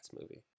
movie